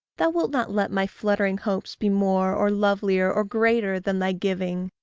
thou wilt not let my fluttering hopes be more, or lovelier, or greater, than thy giving!